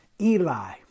Eli